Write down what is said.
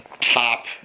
top